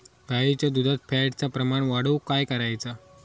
गाईच्या दुधात फॅटचा प्रमाण वाढवुक काय करायचा?